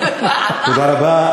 תודה רבה,